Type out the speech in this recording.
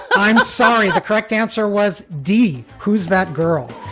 i'm sorry. the correct answer was d, who's that girl?